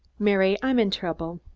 mary, i'm in trouble.